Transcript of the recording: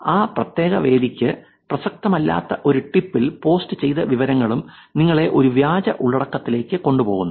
ആ പ്രത്യേക വേദിക്ക് പ്രസക്തമല്ലാത്ത ഒരു ടിപ്പ് ൽ പോസ്റ്റ് ചെയ്ത വിവരങ്ങളും നിങ്ങളെ ഒരു വ്യാജ ഉള്ളടക്കത്തിലേക്ക് കൊണ്ടുപോകുന്നു